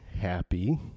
happy